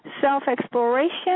Self-exploration